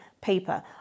paper